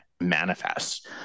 manifests